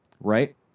right